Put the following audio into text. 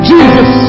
Jesus